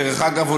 דרך אגב,